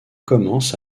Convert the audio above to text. commence